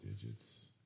digits